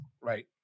Right